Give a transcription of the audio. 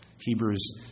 Hebrews